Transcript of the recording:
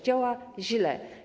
Działa źle.